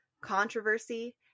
controversy